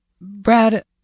Brad